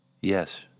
Yes